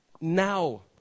now